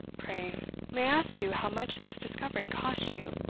pray, may i ask you how much this discovery cost you?